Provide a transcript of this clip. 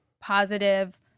positive